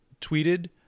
tweeted